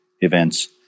events